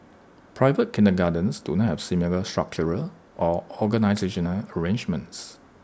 private kindergartens do not have similar structural or organisational arrangements